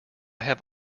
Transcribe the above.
have